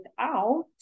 out